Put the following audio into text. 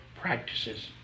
practices